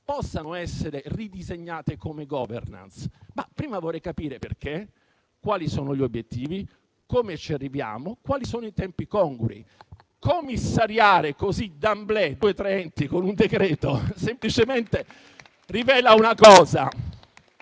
possano essere ridisegnate come *governance*, ma prima vorrei capire perché, quali sono gli obiettivi, come ci arriviamo e quali sono i tempi congrui. Commissariare così, *d'emblée*, due o tre enti con un decreto, semplicemente rivela una cosa: